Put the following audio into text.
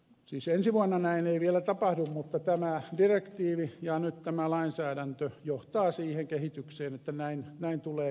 siis ensi vuonna näin ei vielä tapahdu mutta tämä direktiivi ja nyt tämä lainsäädäntö johtavat siihen kehitykseen että näin tulee käymään